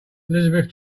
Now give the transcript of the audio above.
elizabeth